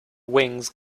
wings